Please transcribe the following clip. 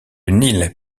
nil